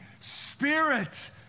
Spirit